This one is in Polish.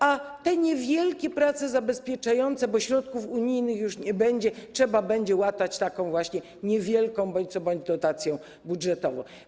A te niewielkie prace zabezpieczające - bo środków unijnych już nie będzie - trzeba będzie łatać taką właśnie niewielką bądź co bądź dotacją budżetową.